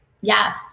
Yes